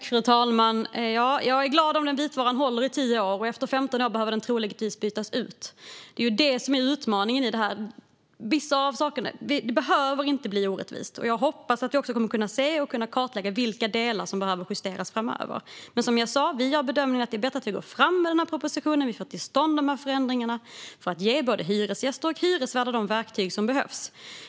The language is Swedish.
Fru talman! Jag är glad om vitvaran håller i tio år, och efter femton år behöver den troligtvis bytas ut. Det är ju det som är utmaningen i detta. Det behöver inte bli orättvist, och jag hoppas att vi kommer att kunna se och kartlägga vilka delar som behöver justeras framöver. Men som jag sa: Vi gör bedömningen att det är bättre att vi går fram med den här propositionen och får till stånd de här förändringarna för att ge både hyresgäster och hyresvärdar de verktyg som behövs.